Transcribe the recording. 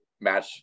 match